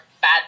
bad